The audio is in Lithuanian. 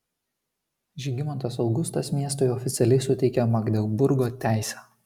žygimantas augustas miestui oficialiai suteikė magdeburgo teisę